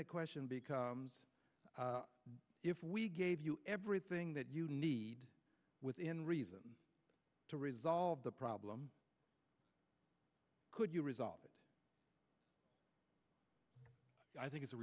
the question becomes if we gave you everything that you need within reason to resolve the problem could you resolve it i think